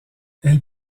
elles